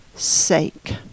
sake